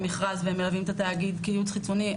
מכרז והם מלווים את התאגיד כייעוץ חיצוני.